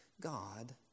God